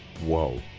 whoa